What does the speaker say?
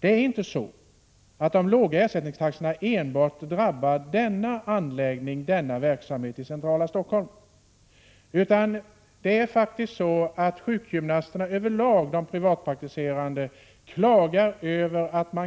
De låga ersättningstaxorna drabbar inte enbart denna anläggning och verksamhet i centrala Stockholm. De privatpraktiserande sjukgymnasterna klagar över lag över att de